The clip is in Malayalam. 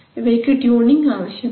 ഇവയ്ക്ക് ട്യൂണിംഗ് ആവശ്യമില്ല